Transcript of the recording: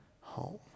home